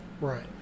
Right